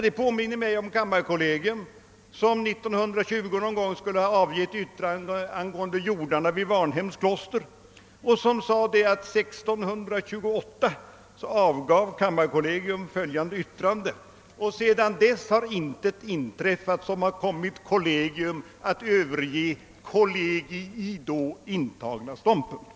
Det påminner mig om kammarkollegium som omkring år 1920 skulle yttra sig angående jordarna vid Varnhems kloster och som därvid uttalade att >»kammarkollegium år 1628 avgav följande yttrande, varefter intet inträffat som har kommit kollegium att överge kollegii intagna ståndpunkt«.